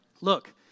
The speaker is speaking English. Look